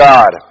God